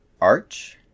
Arch